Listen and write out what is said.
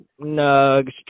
nugs